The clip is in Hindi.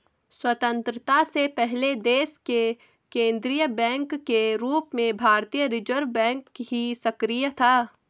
स्वतन्त्रता से पहले देश के केन्द्रीय बैंक के रूप में भारतीय रिज़र्व बैंक ही सक्रिय था